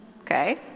okay